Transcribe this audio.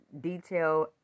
detail